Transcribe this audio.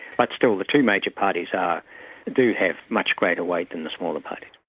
but still the two major parties um ah do have much greater weight than the smaller parties.